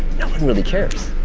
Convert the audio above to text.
no one really cares.